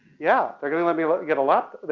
yeah, they're gonna let me let me get a lap,